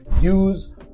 use